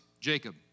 Jacob